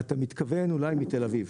אתה מתכוון, אולי, מתל אביב.